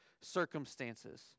circumstances